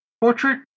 portrait